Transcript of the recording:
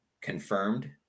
confirmed